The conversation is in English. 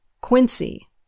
Quincy